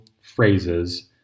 phrases